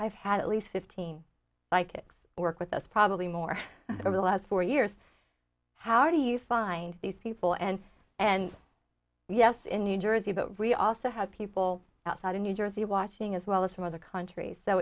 i've had at least fifteen psychics work with us probably more over the last four years how do you find these people and and yes in new jersey but we also have people outside of new jersey watching as well as from other countries so